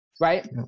right